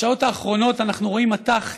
בשעות האחרונות אנחנו רואים מטח טילים,